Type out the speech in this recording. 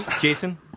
Jason